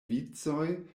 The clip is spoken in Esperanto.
vicoj